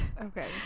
okay